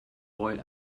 boy